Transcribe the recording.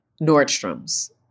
Nordstrom's